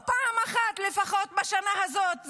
או פעם אחת לפחות בשנה הזאת,